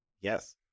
yes